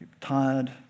tired